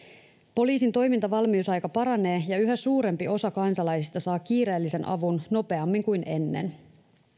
poliisin toimintavalmiusaika paranee ja yhä suurempi osa kansalaisista saa kiireellisen avun nopeammin kuin ennen